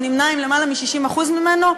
שנמנה עם למעלה מ-60% ממנו,